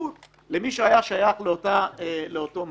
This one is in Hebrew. הוא התקדם לאט-לאט במכרזים פנימיים שבכלל לא יצאו החוצה,